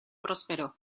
prosperó